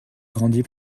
grandi